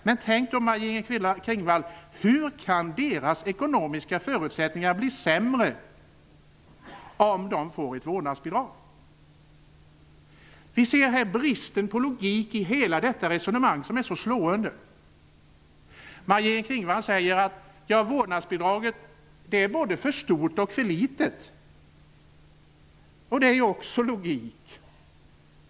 Men, Maj-Inger Klingvall, hur kan då deras ekonomiska förutsättningar bli sämre om de får ett vårdnadsbidrag? Vi ser här slående brister på logik i hela detta resonemang. Maj-Inger Klingvall säger att vårdnadsbidraget är både för stort och för litet. Det är ju också logik.